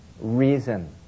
reason